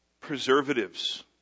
preservatives